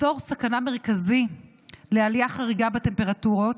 אזור סכנה מרכזי לעלייה חריגה בטמפרטורות,